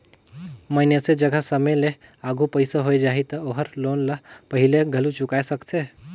मइनसे जघा समे ले आघु पइसा होय जाही त ओहर लोन ल पहिले घलो चुकाय सकथे